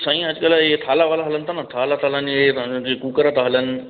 साईं अॼुकल्ह इहे थाला वाला हलन था न थाला असांजे कूकर था हलनि